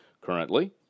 Currently